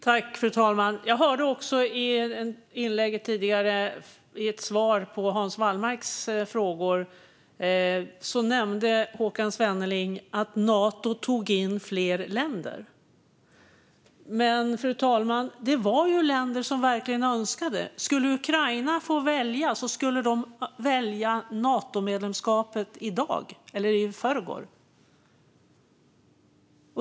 Fru talman! I sitt svar på Hans Wallmarks frågor nämnde Håkan Svenneling att Nato tog in fler länder. Men, fru talman, det var ju länder som verkligen önskade det. Om Ukraina fick välja skulle de välja Natomedlemskap i dag - eller i förrgår.